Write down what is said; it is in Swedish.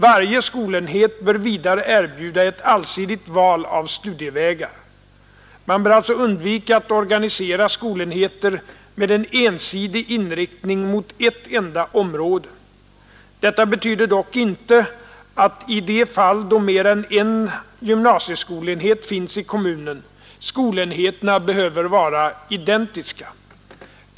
Varje skolenhet bör vidare erbjuda ett allsidigt val av studievägar. Man bör alltså undvika att organisera skolenheter med en ensidig inriktning mot ett enda område. Detta betyder dock inte att i de fall då mer än en gymnasieskolenhet finns i kommunen skolenheterna behöver vara identiska.